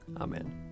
Amen